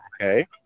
okay